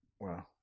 Wow